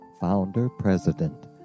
founder-president